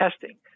testing